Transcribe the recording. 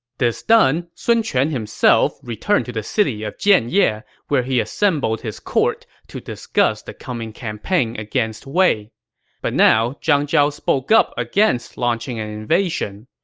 this done, sun quan himself returned to the city of jianye, yeah where he assembled his court to discuss the coming campaign against wei but now, zhang zhao spoke up against launching an invasion.